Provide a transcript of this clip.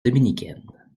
dominicaine